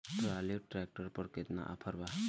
Trolley tractor पर केतना offer बा?